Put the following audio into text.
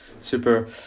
Super